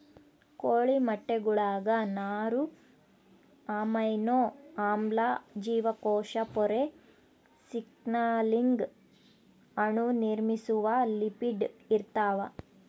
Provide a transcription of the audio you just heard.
ಕೋಳಿ ಮೊಟ್ಟೆಗುಳಾಗ ನಾರು ಅಮೈನೋ ಆಮ್ಲ ಜೀವಕೋಶ ಪೊರೆ ಸಿಗ್ನಲಿಂಗ್ ಅಣು ನಿರ್ಮಿಸುವ ಲಿಪಿಡ್ ಇರ್ತಾವ